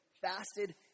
fasted